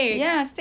ya steak